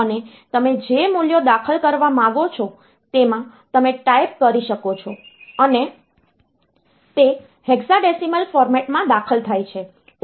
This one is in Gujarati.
અને તમે જે મૂલ્યો દાખલ કરવા માંગો છો તેમાં તમે ટાઈપ કરી શકો છો અને તે હેક્સાડેસિમલ ફોર્મેટમાં દાખલ થાય છે